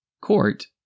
court